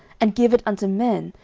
and give it unto men,